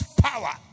power